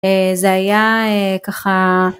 זה היה ככה